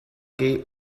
gate